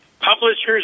Publishers